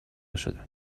شدم